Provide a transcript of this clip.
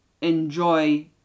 enjoy